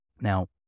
Now